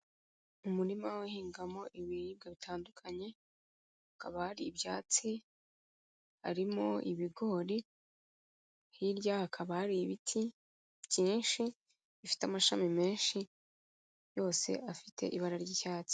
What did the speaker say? Mu murima bahingamo ibiribwa bitandukanye, hakaba hari ibyatsi, harimo ibigori, hirya hakaba hari ibiti byinshi, bifite amashami menshi, yose afite ibara ry'icyatsi.